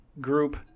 group